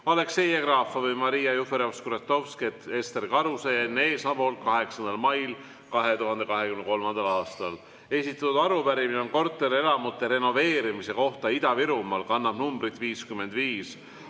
Aleksei Jevgrafov, Maria Jufereva-Skuratovski, Ester Karuse ja Enn Eesmaa 8. mail 2023. aastal. Esitatud arupärimine on korterelamute renoveerimise kohta Ida-Virumaal ja kannab numbrit 55.